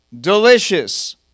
delicious